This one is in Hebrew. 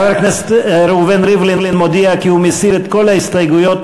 חבר הכנסת ראובן ריבלין מודיע כי הוא מסיר את כל ההסתייגויות,